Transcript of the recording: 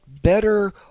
better